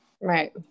Right